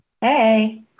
Hey